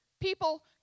People